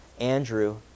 Andrew